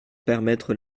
permettre